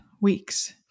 weeks